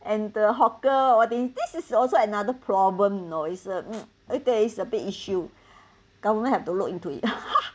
and the hawker all this this is also another problem you know is a that is a big issue government have to look into it